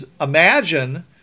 imagine